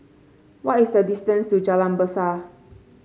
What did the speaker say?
what is the distance to Jalan Besar